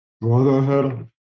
brotherhood